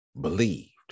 believed